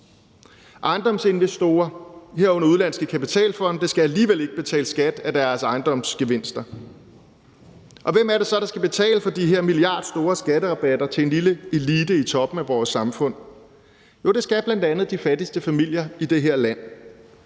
Ejendomsinvestorer, herunder udenlandske kapitalfonde, skal alligevel ikke betale skat af deres ejendomsgevinster. Hvem er det så, der skal betale for de her milliardstore skatterabatter til en lille elite i toppen af vores samfund? Jo, det skal bl.a. de fattigste familier i det her land.